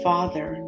Father